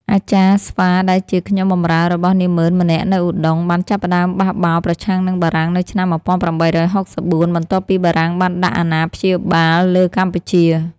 អាចារ្យស្វាដែលជាខ្ញុំបម្រើរបស់នាម៉ឺនម្នាក់នៅឧដុង្គ បានចាប់ផ្ដើមបះបោរប្រឆាំងនឹងបារាំងនៅឆ្នាំ ១៨៦៤ បន្ទាប់ពីបារាំងបានដាក់អាណាព្យាបាលលើកម្ពុជា។